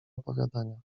opowiadania